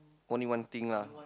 only one thing lah